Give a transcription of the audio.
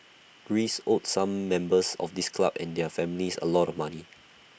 Greece owed some members of this club and their families A lot of money